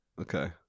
Okay